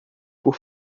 por